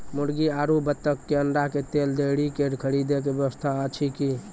मुर्गी आरु बत्तक के अंडा के लेल डेयरी के खरीदे के व्यवस्था अछि कि?